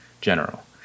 General